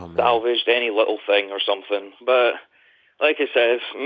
salvaged, any little thing or something. but like i said,